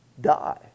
Die